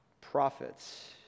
prophets